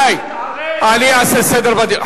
רבותי, אני אעשה סדר בדיון.